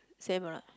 same or not